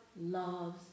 loves